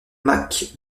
mac